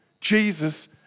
Jesus